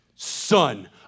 son